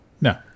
No